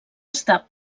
està